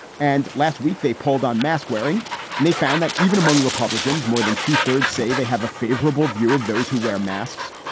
and last week they pulled on mask wearing and they found that even among republicans, more than two thirds say they have a favorable view of those who wear masks,